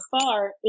far